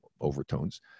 overtones